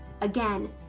Again